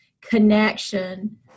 connection